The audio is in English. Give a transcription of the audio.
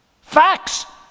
facts